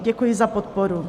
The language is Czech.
Děkuji za podporu.